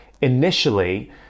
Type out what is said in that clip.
initially